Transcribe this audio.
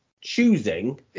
choosing